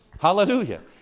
Hallelujah